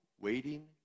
waiting